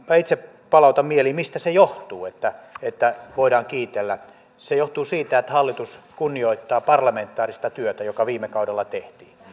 minä itse palautan mieliin mistä se johtuu että että voidaan kiitellä se johtuu siitä että hallitus kunnioittaa parlamentaarista työtä joka viime kaudella tehtiin